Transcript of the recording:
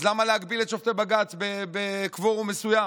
אז למה להגביל את שופטי בג"ץ בקוורום מסוים?